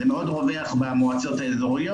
זה מאוד רווח במועצות האזוריות.